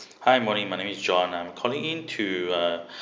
hi morning my name is john I'm calling in to uh